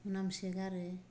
मोनामसोगारो